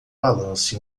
balanço